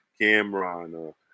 Cameron